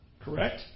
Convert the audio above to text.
Correct